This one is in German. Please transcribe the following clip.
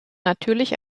natürlich